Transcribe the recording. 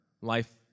Life